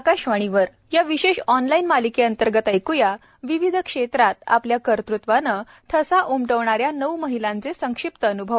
आकाशवाणी या विशेष ऑनलाइन मालिकेअंतर्गत ऐक्या विविध क्षेत्रात आपल्या कर्तूत्वाने ठसा उमटविणाऱ्या नऊ महिलांचे संक्षिप्त अन्भव